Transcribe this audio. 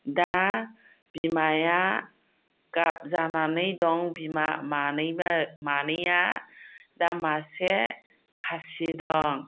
दा बिमाया गाबजानानै दं बिमा मानैबा मानैया दा मासे खासि दं